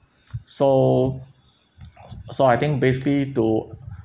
so so I think basically to